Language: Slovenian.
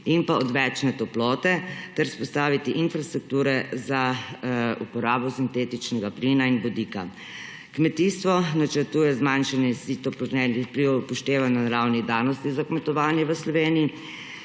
in pa odvečne toplote ter vzpostaviti infrastrukture za uporabo sintetičnega plina in vodika. Kmetijstvo načrtuje zmanjšanje / nerazumljivo/ podnebnih vplivov ob upoštevanju naravnih danosti za kmetovanje v Sloveniji,